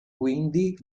quindi